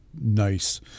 nice